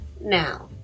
now